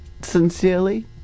Sincerely